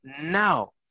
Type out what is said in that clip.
now